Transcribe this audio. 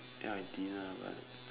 ya I did ah but